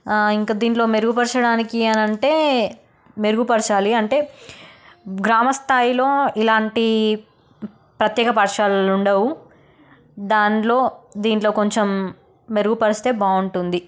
ఇంకా దీంట్లో మెరుగుపరచడానికి అని అంటే మెరుగుపరచాలి అంటే గ్రామస్థాయిలో ఇలాంటి ప్రత్యేక పాఠశాలలు ఉండవు దాంట్లో దీంట్లో కొంచెం మెరుగుపరిస్తే బాగుంటుంది